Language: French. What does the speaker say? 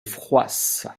froisse